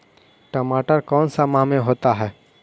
टमाटर कौन सा माह में होता है?